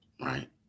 right